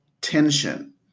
tension